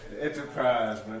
Enterprise